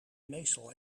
meestal